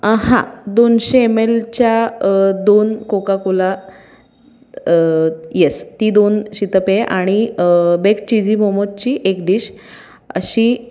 हां दोनशे एम एलच्या दोन कोका कोला यस ती दोन शीतपेय आणि बेक चिझी मोमोची एक डिश अशी